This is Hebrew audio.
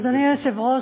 אדוני היושב-ראש,